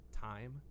time